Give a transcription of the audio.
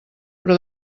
però